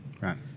right